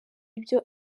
ibyo